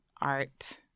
art